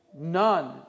None